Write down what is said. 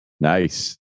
Nice